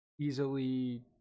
easily